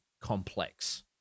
complex